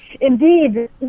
Indeed